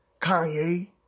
Kanye